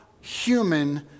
human